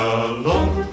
alone